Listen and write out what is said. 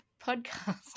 podcast